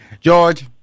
George